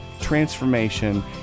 transformation